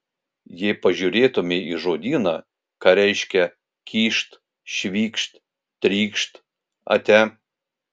jei pažiūrėtumei į žodyną ką reiškia kyšt švykšt trykšt ate